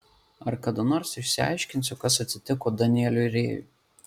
ar kada nors išsiaiškinsiu kas atsitiko danieliui rėjui